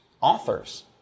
authors